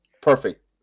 perfect